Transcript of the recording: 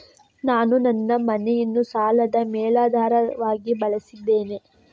ನಾನು ನನ್ನ ಮನೆಯನ್ನು ಸಾಲದ ಮೇಲಾಧಾರವಾಗಿ ಬಳಸಿದ್ದೇನೆ